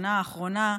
בשנה האחרונה,